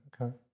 okay